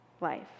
life